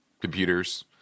computers